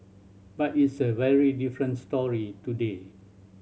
but it's a very different story today